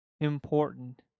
important